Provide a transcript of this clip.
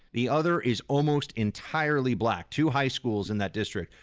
the other is almost entirely black, two high schools in that district.